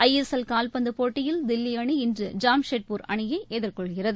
ஐ S L கால்பந்துபோட்டியில் தில்லிஅணி இன்று ஜாம்ஷெட்பூர் அணியைஎதிர்கொள்கிறது